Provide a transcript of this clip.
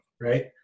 right